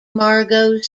margot